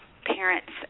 parents